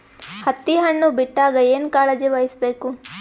ಹತ್ತಿ ಹಣ್ಣು ಬಿಟ್ಟಾಗ ಏನ ಕಾಳಜಿ ವಹಿಸ ಬೇಕು?